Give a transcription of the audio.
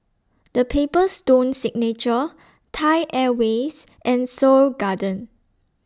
The Paper Stone Signature Thai Airways and Seoul Garden